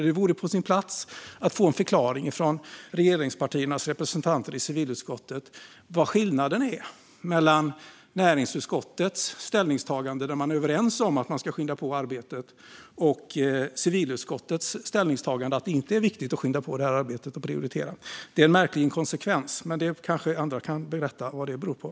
Det vore på sin plats att få en förklaring från regeringspartiernas representanter i civilutskottet om vad skillnaden är mellan näringsutskottets ställningstagande, där utskottet är överens om att man ska skynda på arbetet, och civilutskottets ställningstagande att det inte är viktigt att skynda på och prioritera arbetet. Det är en märklig inkonsekvens, men andra kanske kan berätta vad den beror på.